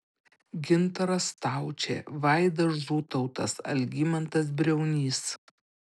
gintaras staučė vaidas žutautas algimantas briaunys